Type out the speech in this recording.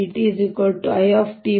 dE dt I A